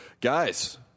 guys